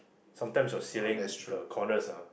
sometimes your ceiling the corners ah